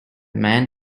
man